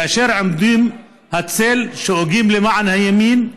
כאשר בעמודי "הצל" שואגים למען הימין,